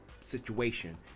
situation